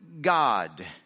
God